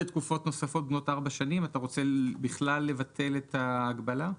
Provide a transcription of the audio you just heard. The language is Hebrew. אתה רוצה לבטל בכלל את ההגבלה?